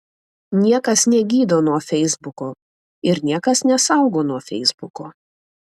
niekas negydo nuo feisbuko ir niekas nesaugo nuo feisbuko